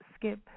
skip